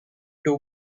too